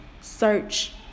search